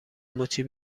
مچی